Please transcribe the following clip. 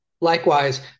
Likewise